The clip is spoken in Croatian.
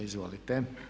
Izvolite.